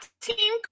team